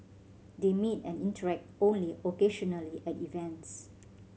they meet and interact only occasionally at events